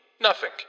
Nothing